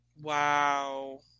wow